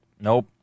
Nope